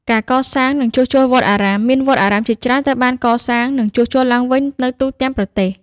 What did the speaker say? ការកសាង និងជួសជុលវត្តអារាម មានវត្តអារាមជាច្រើនត្រូវបានកសាង និងជួសជុលឡើងវិញនៅទូទាំងប្រទេស។